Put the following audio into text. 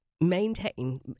maintain